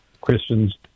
Christians